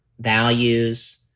values